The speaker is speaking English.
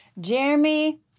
Jeremy